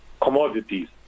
commodities